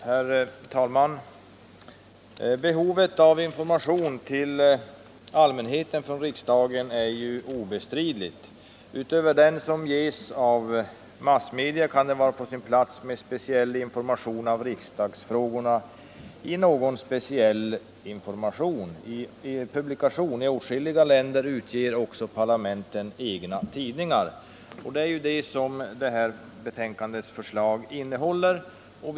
Herr talman! Behovet av information till allmänheten från riksdagen är obestridligt. Utöver den som ges av massmedia kan det vara på sin plats med information om riksdagsfrågorna i någon speciell publikation. I åtskilliga länder utger också parlamenten egna tidningar. Det är detta som konstitutionsutskottets betänkande handlar om.